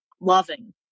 loving